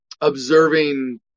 observing